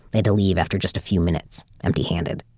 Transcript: they had to leave after just a few minutes, empty handed.